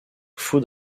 fou